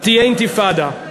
תהיה אינתיפאדה.